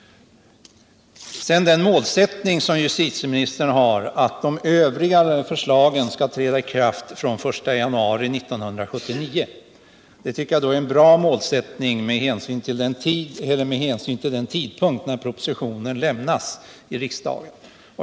Den målsättning justitieministern har, att de övriga förslagen skall träda i kraft den 1 januari 1979, är en bra målsättning med hänsyn till den tidpunkt när propositionen lämnas i riksdagen.